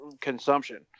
consumption